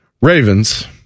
Ravens